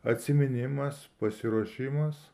atsiminimas pasiruošimas